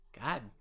God